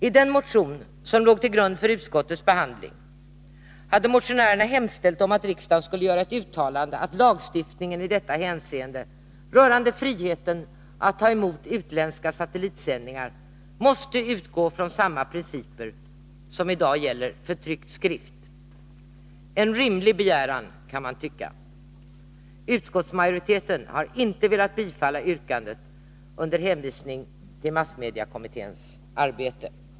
I den motion som låg till grund för utskottets behandling hade motionärerna hemställt om att riksdagen skulle göra ett uttalande att lagstiftningen i detta hänseende rörande friheten att ta emot utländska satellitsändningar måste utgå från samma principer som i dag gäller för tryckt skrift. En rimlig begäran kan man tycka. Utskottsmajoriteten har inte velat tillstyrka yrkandet under hänvisning till massmediekommitténs arbete.